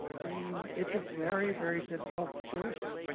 i mean it's a very, very difficult situation.